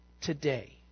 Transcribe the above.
today